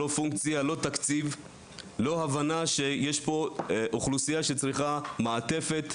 לא הבנה שיש לה צורך בשירות מיוחד.